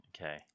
Okay